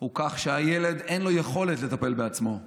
הוא שלילד אין יכולת לטפל בעצמו,